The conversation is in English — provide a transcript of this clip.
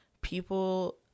people